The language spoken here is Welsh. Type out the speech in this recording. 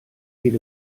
hyd